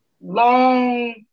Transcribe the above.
long